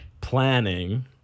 planning